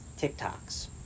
TikToks